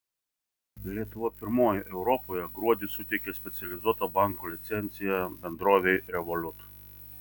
lietuva pirmoji europoje gruodį suteikė specializuoto banko licenciją bendrovei revolut